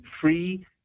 free